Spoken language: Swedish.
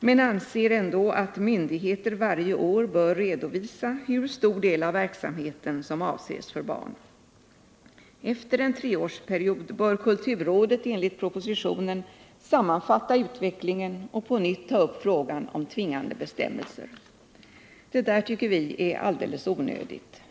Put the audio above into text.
men anser ändå att myndigheter varje år bör redovisa hur stor del av verksamheten som avses för barn. Efter en treårsperiod bör kulturrådet enligt propositionen sammanfatta utvecklingen och på nytt ta upp frågan om tvingande bestämmelser. Det där tycker vi är alldeles onödigt.